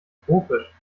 tropisch